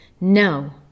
no